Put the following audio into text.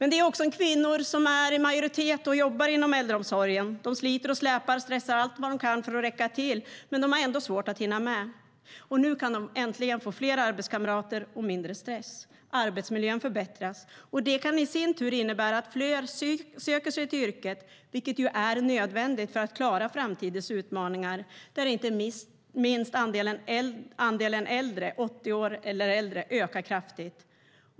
Det är också kvinnor som är i majoritet bland dem som jobbar i äldreomsorgen. De sliter och släpar och stressar allt vad de kan för att räcka till, men de har ändå svårt att hinna med. Nu kan de äntligen få fler arbetskamrater och mindre stress. Arbetsmiljön förbättras, och det kan i sin tur innebära att fler söker sig till yrket, vilket ju är nödvändigt för att klara framtidens utmaningar, där inte minst andelen 80 år och äldre ökar kraftigt.